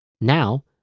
Now